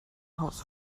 haus